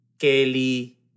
Kelly